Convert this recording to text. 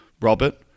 Robert